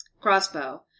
crossbow